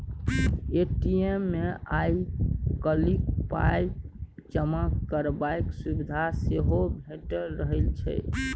ATM मे आइ काल्हि पाइ जमा करबाक सुविधा सेहो भेटि रहल छै